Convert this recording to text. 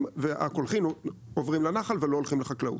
והקולחים עוברים לנחל ולא הולכים לחקלאות,